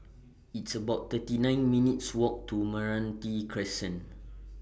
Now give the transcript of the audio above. It's about thirty nine minutes' Walk to Meranti Crescent